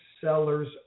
sellers